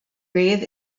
grave